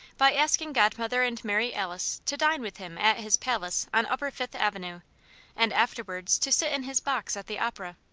by asking godmother and mary alice to dine with him at his palace on upper fifth avenue and afterwards to sit in his box at the opera.